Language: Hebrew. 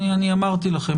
אמרתי לכם,